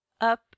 up